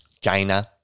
China